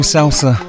Salsa